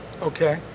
Okay